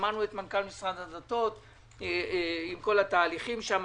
שמענו את מנכ"ל משרד הדתות על כל התהליכים שם,